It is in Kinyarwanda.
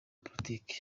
politiki